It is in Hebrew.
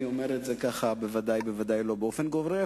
אני אומר את זה ודאי לא באופן גורף,